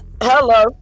Hello